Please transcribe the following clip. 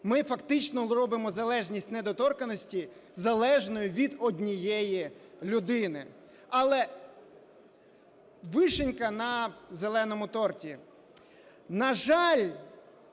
Ми, фактично, робимо залежність недоторканності залежною від однієї людини. Але вишенька на "зеленому" торті. На жаль,